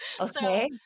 Okay